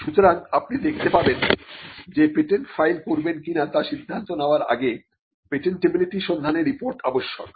সুতরাং আপনি দেখতে পাবেন যে পেটেন্ট ফাইল করবেন কিনা তা সিদ্ধান্ত নেওয়ার আগে পেটেন্টিবিলিটি সন্ধানের রিপোর্ট আবশ্যক